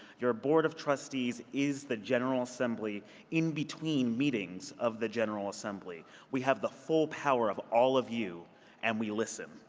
your board of trustees is the general assembly in between meetings of the general assembly. we have the full power of all of you and we listen.